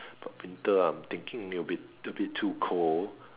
but winter uh I'm thinking a bit a bit too cold